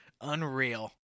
Unreal